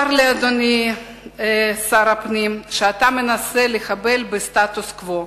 אדוני שר הפנים, צר לי שאתה מנסה לחבל בסטטוס-קוו.